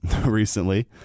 recently